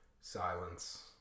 Silence